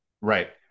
right